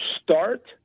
start